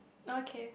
okay